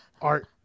art